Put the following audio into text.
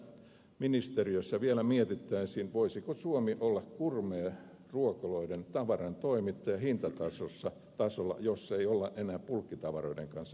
toivon että ministeriössä vielä mietittäisiin voisiko suomi olla gourmetruokaloiden tavarantoimittaja hintatasolla jolla ei olla enää bulkkitavaroiden kanssa tekemisissä